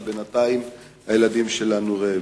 ובינתיים הילדים שלנו רעבים.